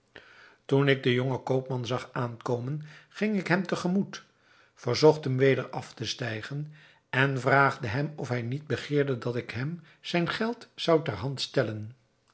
toen ik den jongen koopman zag aankomen ging ik hem te gemoet verzocht hem weder af te stijgen en vraagde hem of hij niet begeerde dat ik hem zijn geld zou ter hand stellen